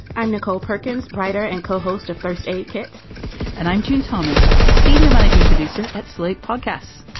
i'm nicole perkins, writer and co-host of first aid kit and i'm june thomas, senior managing producer at slate podcasts.